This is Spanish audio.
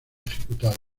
ejecutados